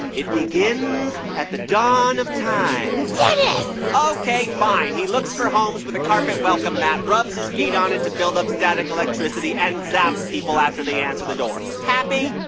it begins at the dawn of time dennis ok, fine. he looks for homes with a carpet welcome mat, rubs his feet on it to build up static electricity and zaps people after they answer the door. happy?